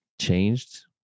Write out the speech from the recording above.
changed